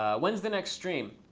when's the next stream?